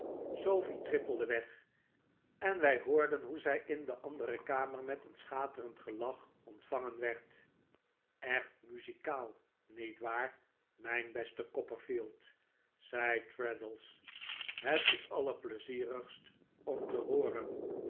sofie trippelde weg en wij hoorden hoe zij in de andere kamer met een schaterend gelach ontvangen werd echt muzikaal niet waar mijn beste copperfield zei traddles het is allerpleizierigst om te hooren